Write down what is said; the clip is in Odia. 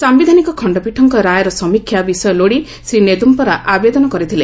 ସାୟିଧାନିକ ଖଣ୍ଡପୀଠଙ୍କ ରାୟର ସମୀକ୍ଷା ବିଷୟ ଲୋଡି ଶ୍ରୀ ନେଦ୍ରମପରା ଆବେଦନ କରିଥିଲେ